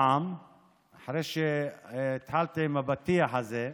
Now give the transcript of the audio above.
אחרי שהתחלתי עם הפתיח הזה,